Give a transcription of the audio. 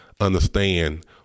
understand